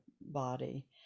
body